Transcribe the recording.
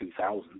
2000